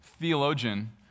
theologian